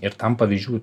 ir tam pavyzdžių